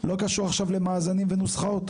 לא קשור עכשיו למאזנים ונוסחאות.